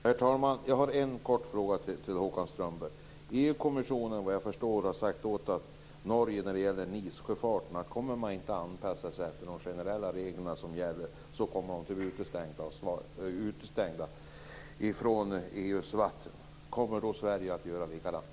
Herr talman! Jag har en kort fråga till Håkan Strömberg. EU-kommissionen har när det gäller NIS sjöfarten sagt att om Norge inte anpassar sig efter de generella regler som gäller kommer Norge att bli utestängt från EU:s vatten. Kommer då Sverige att göra likadant?